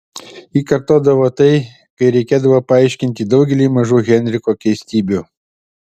ji kartodavo tai kai reikėdavo paaiškinti daugelį mažų henriko keistybių